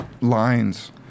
lines